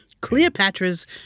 Cleopatra's